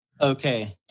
Okay